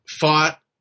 fought